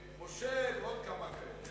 ועוד כמה דברים.